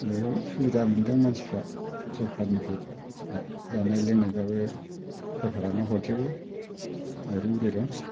बेयाव सुबिदा मोनदों मानसिफ्रा सोरखारनिफ्राय दा जानाय लोंनायबाबो सोरखारानो हरजोबो माइरं दैरं